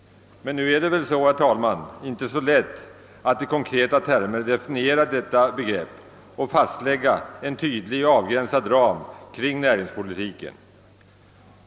Nu är det väl, herr talman, inte så lätt att i konkreta termer definiera detta begrepp och fastlägga en tydlig och avgränsad ram kring näringspolitiken.